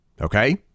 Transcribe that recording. okay